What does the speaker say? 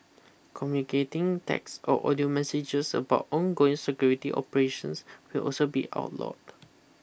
communicating text or audio messages about ongoing security operations will also be outlawed